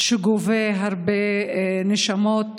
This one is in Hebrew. שגובה הרבה נשמות,